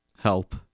help